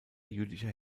jüdischer